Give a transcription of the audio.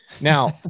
Now-